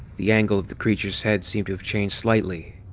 the angle of the creature's head seemed to have changed slightly.